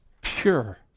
Pure